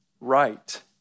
right